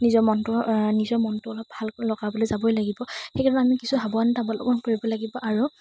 নিজৰ মনটো নিজৰ মনটো অলপ ভাল লগাবলৈ যাবই লাগিব সেইকাৰণে আমি কিছু সাৱধানতা অৱলম্বন কৰিব লাগিব আৰু